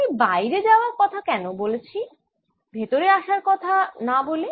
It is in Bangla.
আমি বাইরে যাওয়ার কথা কেন বলছি ভেতরে আসার কথা না বলে